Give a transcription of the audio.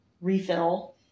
refill